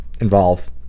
involve